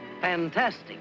Fantastic